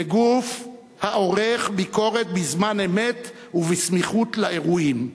לגוף העורך ביקורת בזמן אמת ובסמיכות לאירועים.